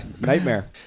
Nightmare